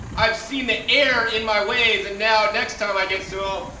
i've seen the error in my ways. and now, next time i get soil,